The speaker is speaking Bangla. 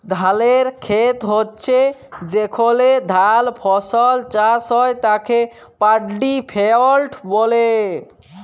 ধালের খেত হচ্যে যেখলে ধাল ফসল চাষ হ্যয় তাকে পাড্ডি ফেইল্ড ব্যলে